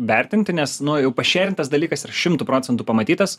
vertinti nes nu jau pašerintas dalykas yra šimtu procentų pamatytas